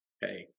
Hey